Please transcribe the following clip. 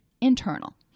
internal